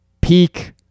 peak